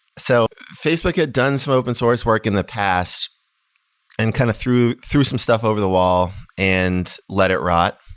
so facebook had done some open source work in the past and kind of threw threw some stuff over the wall and let it rot.